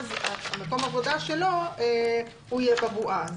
אז מקום העבודה שלו יהיה בבועה.